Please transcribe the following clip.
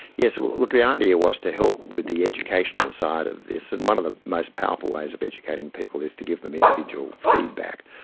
yeah so like the idea was to help with the educational side of this, and one of the most powerful ways of educating people is to give them individual feedback.